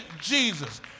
Jesus